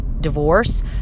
divorce